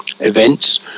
Events